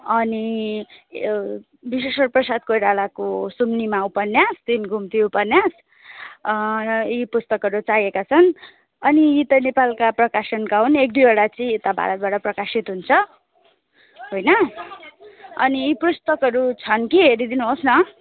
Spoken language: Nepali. अनि विश्वेसर प्रसाद कोइरालाको सुम्निमा उपन्यास तिन घुम्ति उपन्यास यी पुस्तकहरू चाहिएका छन् अनि यी त नेपालका प्रकाशनका हुन् एक दुईवटा चाहिँ यता भारतबाट प्रकाशित हुन्छ होइन अनि यी पुस्तकहरू छन् कि हेरिदिनुहोस् न